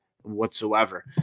whatsoever